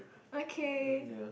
okay